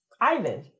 Ivan